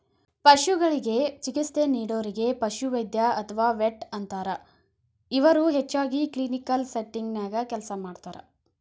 ಪಶುಗಳಿಗೆ ಚಿಕಿತ್ಸೆ ನೇಡೋರಿಗೆ ಪಶುವೈದ್ಯ ಅತ್ವಾ ವೆಟ್ ಅಂತಾರ, ಇವರು ಹೆಚ್ಚಾಗಿ ಕ್ಲಿನಿಕಲ್ ಸೆಟ್ಟಿಂಗ್ ನ್ಯಾಗ ಕೆಲಸ ಮಾಡ್ತಾರ